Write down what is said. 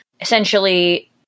Essentially